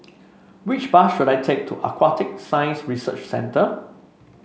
which bus should I take to Aquatic Science Research Centre